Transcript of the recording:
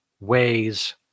ways